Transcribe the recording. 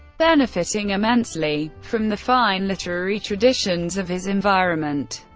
benefiting immensely from the fine literary traditions of his environment,